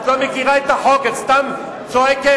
את לא מכירה את החוק, את סתם צועקת.